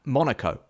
Monaco